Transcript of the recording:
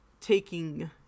taking